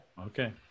Okay